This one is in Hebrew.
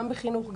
גם בחינוך,